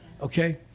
okay